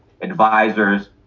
Advisors